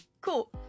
Cool